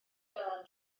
dylan